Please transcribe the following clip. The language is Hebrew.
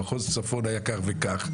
במחוז צפון היה כך וכך,